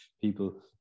people